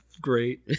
great